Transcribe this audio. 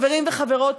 חברים וחברות,